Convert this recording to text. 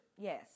Yes